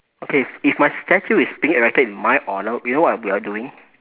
okay if my statue is being erected in my honour you know what I will be are doing